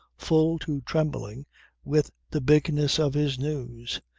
full to trembling with the bigness of his news.